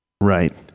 Right